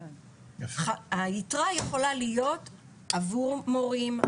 היתרה יכולה להיות עבור מורים,